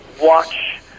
watch